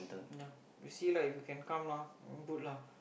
nah ya see lah if you can come mah good lah know